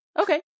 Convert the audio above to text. okay